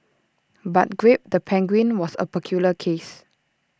but grape the penguin was A peculiar case